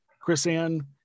Chris-Ann